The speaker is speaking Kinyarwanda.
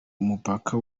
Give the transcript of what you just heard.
umupaka